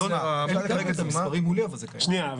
אין לי כרגע את המספרים מולי, אבל זה קיים.